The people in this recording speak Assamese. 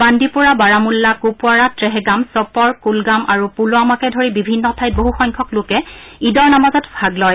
বান্দিপোৰা বাৰামুল্লা কুপৱাড়া ট্ৰেহগাম চপৰ কুলগাম আৰু পুলৱামাকে ধৰি বিভিন্ন ঠাইত বহু সংখ্যক লোকে ঈদৰ নামাজত ভাগ লয়